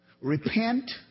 repent